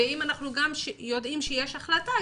ואם אנחנו יודעים שיש גם החלטה,